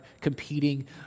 competing